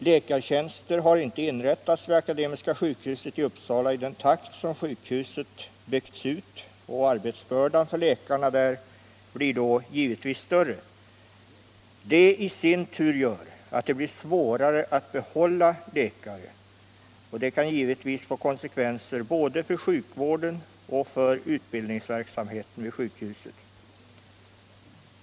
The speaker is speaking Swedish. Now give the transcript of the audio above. Läkartjänster har inte inrättats vid Akademiska sjukhuset i Uppsala i den takt som sjukhuset byggts ut i, och arbetsbördan för läkarna där blir då givetvis större. Det i sin tur gör att det blir svårare att behålla läkare. Detta kan få konsekvenser både för sjukvården och för utbildningsverksamheten vid sjukhuset.